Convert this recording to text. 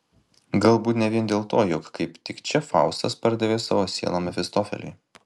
galbūt ne vien dėl to jog kaip tik čia faustas pardavė savo sielą mefistofeliui